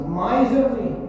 miserly